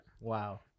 Wow